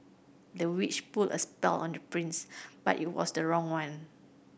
the witch put a spell on the prince but it was the wrong one